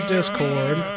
Discord